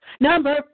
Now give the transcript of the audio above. Number